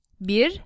Bir